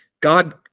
God